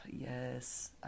yes